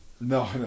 no